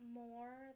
more